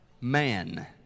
man